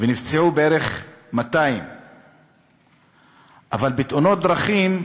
ונפצעו בערך 200. אבל בתאונות דרכים,